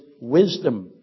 wisdom